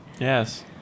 Yes